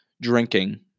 drinking